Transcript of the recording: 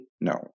no